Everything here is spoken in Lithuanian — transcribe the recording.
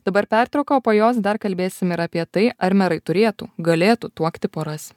dabar pertrauka o po jos dar kalbėsim ir apie tai ar merai turėtų galėtų tuokti poras